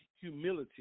humility